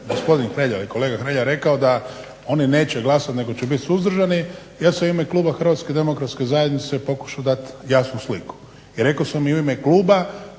gospodin Hrelja, kolega Hrelja rekao da oni neće glasati nego će biti suzdržani, ja sam u ime kluba Hrvatske demokratske zajednice pokušao dati jasnu sliku, i rekao sam i u ime kluba da sam zakon